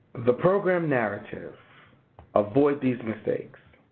the program narrative avoid these mistakes.